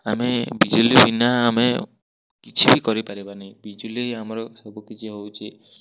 ଆମେ ବିଜୁଳି ବିନା ଆମେ କିଛି ବି କରିପାରିବାନି ବିଜୁଳି ଆମର ସବୁ କିଛି ହେଉଛି